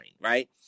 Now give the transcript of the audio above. right